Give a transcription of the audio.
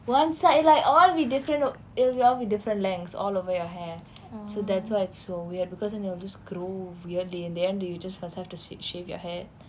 one side like all will be like different look it will all be different lengths all over your hair so that's why it's so weird because then they will just grow weirdly in the end you just must have to seek shave your hair